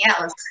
else